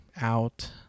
out